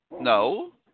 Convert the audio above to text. No